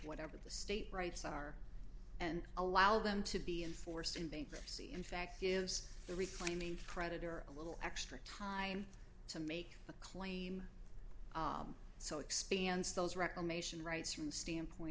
whatever the state rights are and allow them to be enforced in bankruptcy in fact gives the reclaiming creditor a little extra time to make a claim so experience those reclamation rights from the standpoint